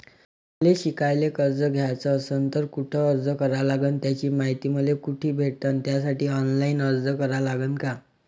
मले शिकायले कर्ज घ्याच असन तर कुठ अर्ज करा लागन त्याची मायती मले कुठी भेटन त्यासाठी ऑनलाईन अर्ज करा लागन का?